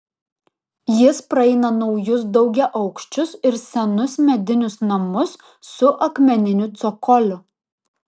jis praeina naujus daugiaaukščius ir senus medinius namus su akmeniniu cokoliu